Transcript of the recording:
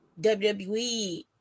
WWE